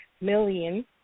million